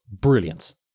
Brilliance